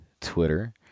twitter